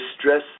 stress